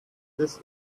this